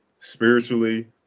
spiritually